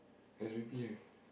S_B_P ah